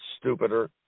stupider